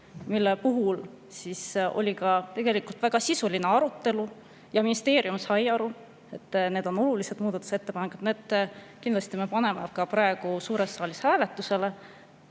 mille üle oli ka väga sisuline arutelu, ja ministeerium sai aru, et need on olulised muudatusettepanekud. Need kindlasti me paneme praegu ka suures saalis hääletusele.